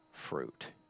fruit